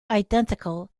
identical